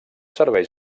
serveis